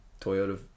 toyota